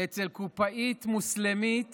לקופאית מוסלמית